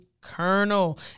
colonel